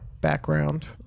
background